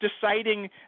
deciding